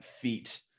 feet